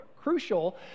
crucial